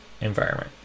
environment